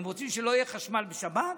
הם רוצים שלא יהיה חשמל בשבת?